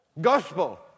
gospel